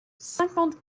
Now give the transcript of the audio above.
cinquante